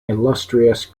illustrious